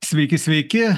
sveiki sveiki